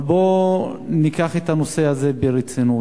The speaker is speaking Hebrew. אבל בוא ניקח את הנושא הזה ברצינות,